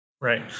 Right